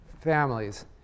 families